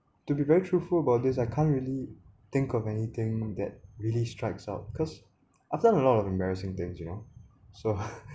to be very truthful about this I can't really think of anything that really strikes up cause I've done a lot of embarrassing things you know so